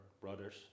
brothers